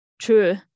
true